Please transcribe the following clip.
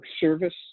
service